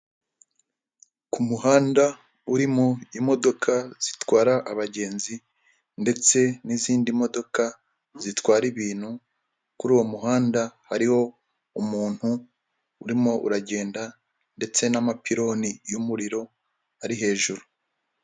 Ku muhanda urimo imodoka zitwara abagenzi, ndetse n'izindi modoka zitwara ibintu, kuri uwo muhanda hariho umuntu urimo uragenda, ndetse n'amapironi y'umuriro ari hejuru.